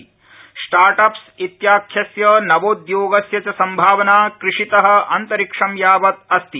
startups इत्याख्यस्य नवोद्योगस्य च संभावना कृषित अन्तरिक्षं यावत् अस्ति